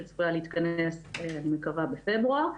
שצפוייה להתכנס אני מקווה בפברואר,